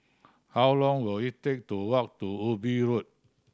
how long will it take to walk to Ubi Road